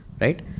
right